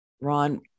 Ron